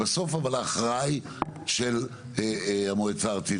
בסוף ההכרעה היא של המועצה הארצית,